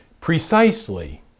precisely